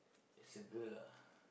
it's a girl ah